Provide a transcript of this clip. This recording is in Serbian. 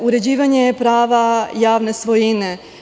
Uređivanje prava javne svojine.